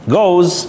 goes